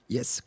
Yes